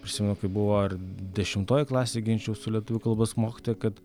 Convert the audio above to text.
prisimenu kai buvo ar dešimtoj klasėj ginčijau su lietuvių kalbos mokytoja kad